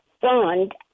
fund